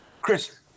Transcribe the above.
chris